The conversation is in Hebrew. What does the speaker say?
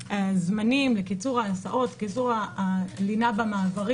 הזמנים, קיצור ההסעות, קיצור הלינה במעברים